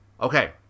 Okay